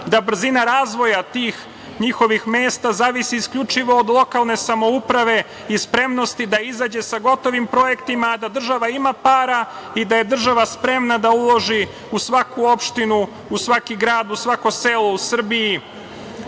da brzina razvoja tih njihovih mesta zavisi isključivo od lokalne samouprave i spremnosti da izađe sa gotovim projektima, a da država ima para i da je država spremna da uloži u svaku opštinu, u svaki grad, u svako selo u